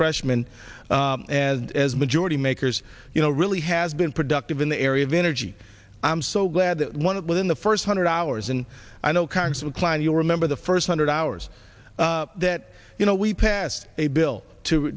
freshmen as as majority makers you know really has been productive in the area of energy i'm so glad that one of within the first hundred hours and i know congress will klein you'll remember the first hundred hours that you know we passed a bill to